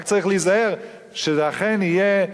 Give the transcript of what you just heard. רק צריך להיזהר שזה אכן יהיה: